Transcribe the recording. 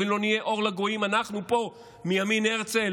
אבל אם לא נהיה אור לגויים, אנחנו פה, מימין הרצל,